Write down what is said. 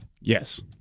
Yes